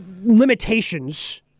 limitations